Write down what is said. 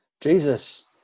jesus